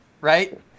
right